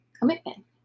commitment